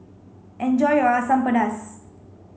enjoy your Asam Pedas